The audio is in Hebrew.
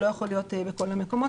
הוא לא יכול להיות בכל המקומות,